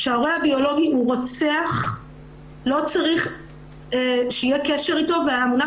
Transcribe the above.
כשההורה הביולוגי הוא רוצח לא צריך שיהיה קשר אתו והמונח